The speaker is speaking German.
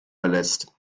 verlässt